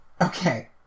Okay